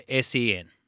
SEN